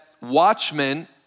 watchmen